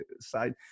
side